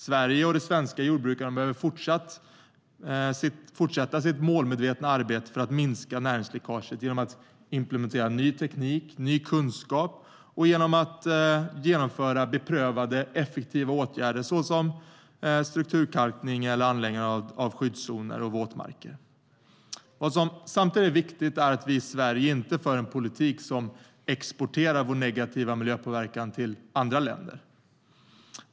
Sverige och de svenska jordbrukarna behöver fortsätta sitt målmedvetna arbete för att minska näringsläckaget genom att implementera ny teknik och ny kunskap och genomföra beprövade, effektiva åtgärder såsom strukturkalkning och anläggning av skyddszoner och våtmarker. Vad som samtidigt är viktigt är att vi i Sverige inte för en politik som exporterar vår negativa miljöpåverkan till andra länder.